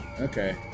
Okay